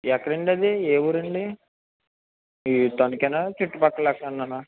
ఎక్కడ అండి అది ఏ ఊరు అండి తనుకా చుట్టు పక్కల ఎక్కడ అయిన